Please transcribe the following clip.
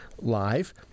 live